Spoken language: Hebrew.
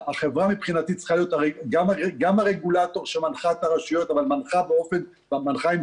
גם הרגולטור שמנחה את הרשויות אבל מנחה עם סמכות,